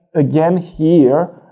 again, here,